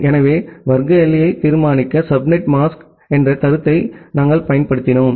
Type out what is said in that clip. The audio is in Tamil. எனவே வர்க்க எல்லையை தீர்மானிக்க சப்நெட் மாஸ்க் என்ற கருத்தை நாம் பயன்படுத்தினோம்